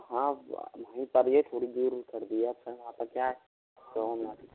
हाँ वहीं पर ही है थोड़ी दूर कर दिया सर आपका क्या है